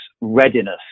readiness